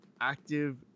active